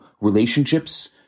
relationships